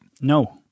No